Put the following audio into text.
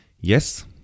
yes